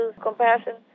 compassion